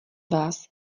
vás